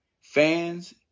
Fans